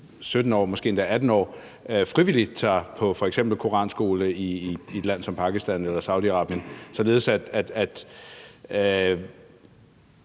eller måske endda 18-årig, frivilligt tager på f.eks. koranskole i et land som Pakistan eller i Saudi-Arabien, således at